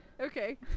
okay